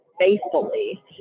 Faithfully